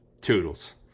Toodles